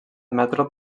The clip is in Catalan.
metro